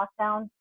lockdown